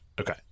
Okay